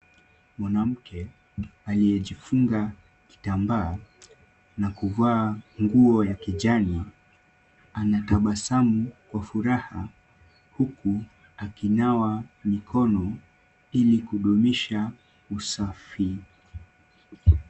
Mwanamke aliyejifunga kitambaa na kuvaa nguo ya kijani anatabasamu kwa furaha huku akinawa mikono ili kudumisha usafi.